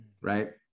right